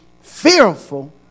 fearful